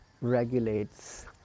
regulates